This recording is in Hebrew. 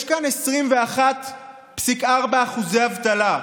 יש כאן 21.4% אבטלה,